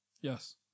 Yes